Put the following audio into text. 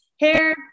hair